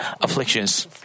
afflictions